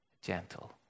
Gentle